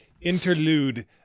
interlude